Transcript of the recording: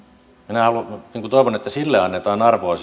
minä toivon että sille päätökselle annetaan arvoa